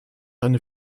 eine